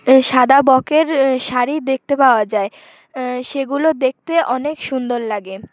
সাদা বকের শাড়ি দেখতে পাওয়া যায় সেগুলো দেখতে অনেক সুন্দর লাগে